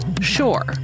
Sure